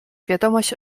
wiadomość